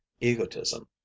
egotism